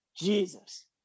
Jesus